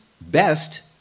best